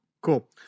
Cool